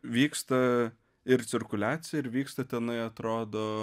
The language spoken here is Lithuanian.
vyksta ir cirkuliacija ir vyksta tenai atrodo